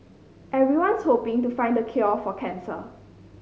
everyone's hoping to find the cure for cancer